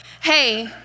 Hey